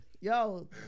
yo